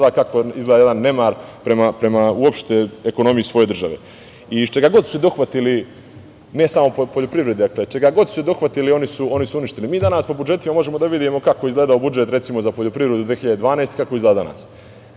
tada kako izgleda jedan nemar prema uopšte ekonomiji svoje države. Čega god su se dohvatili, ne samo poljoprivrede, čega god su se dohvatili oni su uništili. Mi danas po budžetima možemo da vidimo kako je izgledao budžet, recimo, za poljoprivredu 2012.